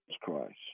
Christ